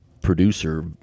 producer